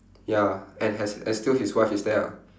ya and has has still his wife is there lah